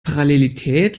parallelität